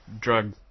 drug